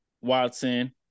Watson